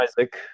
Isaac